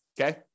Okay